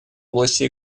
области